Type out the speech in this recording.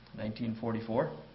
1944